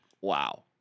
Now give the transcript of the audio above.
Wow